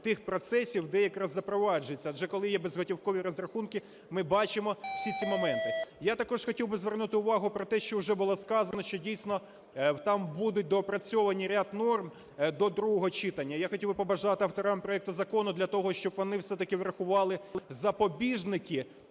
тих процесів, де якраз запроваджуються, адже коли є безготівкові розрахунки, ми бачимо всі ці моменти. Я також хотів би звернути увагу про те, що вже було сказано, що дійсно там будуть доопрацьовані ряд норм до другого читання. Я хотів би побажати авторам проекту закону для того, щоб вони все-таки врахували запобіжники